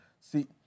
See